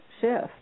shift